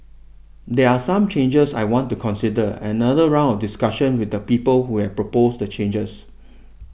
there are some changes I want to consider another round of discussion with the people who have proposed the changes